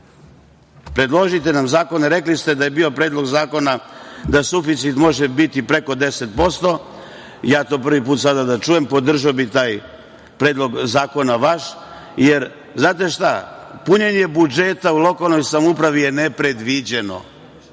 Predložite nam zakone. Rekli ste da je bio predlog zakona da suficit može biti preko 10%. Prvi put to sad čujem. Podržao bih taj predlog zakona vaš. Znate šta, punjenje budžeta u lokalnoj samoupravi je nepredviđeno,